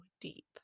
deep